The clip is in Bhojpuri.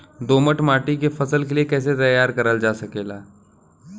दोमट माटी के फसल के लिए कैसे तैयार करल जा सकेला?